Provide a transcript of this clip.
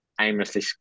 aimlessly